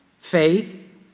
faith